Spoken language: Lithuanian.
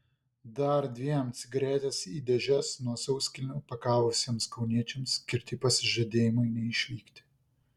dar dviem cigaretes į dėžes nuo sauskelnių pakavusiems kauniečiams skirti pasižadėjimai neišvykti